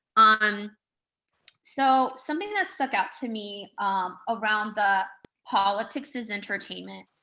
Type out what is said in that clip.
um so something that stuck out to me around the politics is entertainment.